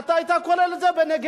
אתה היית כולל את זה בנגב-גליל.